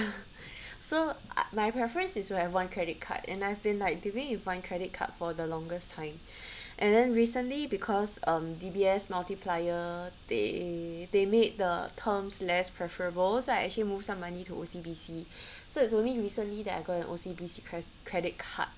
so my preference is we have one credit card and I've been like living with one credit card for the longest time and then recently because um D_B_S multiplier they they made the terms less preferable so I actually move some money to O_C_B_C so it's only recently that I got an O_C_B_C cre~ credit card